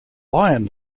lion